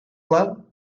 pla